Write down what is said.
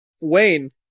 Wayne